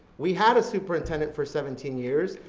we had a superintendent for seventeen years.